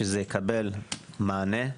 שזה יקבל מענה.